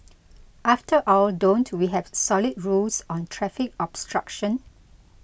after all don't we have solid rules on traffic obstruction